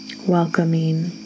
welcoming